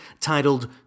titled